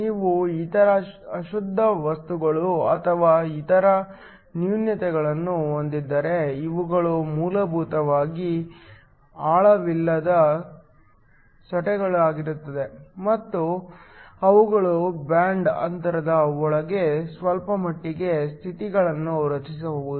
ನೀವು ಇತರ ಅಶುದ್ಧ ವಸ್ತುಗಳು ಅಥವಾ ಇತರ ನ್ಯೂನತೆಗಳನ್ನು ಹೊಂದಿದ್ದರೆ ಇವುಗಳು ಮೂಲಭೂತವಾಗಿ ಆಳವಿಲ್ಲದ ಸಟೆಗಳಾಗಿರುತ್ತವೆ ಮತ್ತು ಅವುಗಳು ಬ್ಯಾಂಡ್ ಅಂತರದ ಒಳಗೆ ಸ್ವಲ್ಪಮಟ್ಟಿಗೆ ಸ್ಥಿತಿಗಳನ್ನು ರಚಿಸಬಹುದು